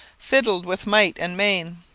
fiddled with might and main.